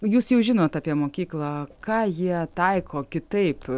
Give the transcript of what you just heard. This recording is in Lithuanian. jūs jau žinot apie mokyklą ką jie taiko kitaip